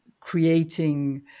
creating